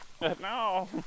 No